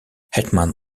hetman